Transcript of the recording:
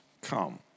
come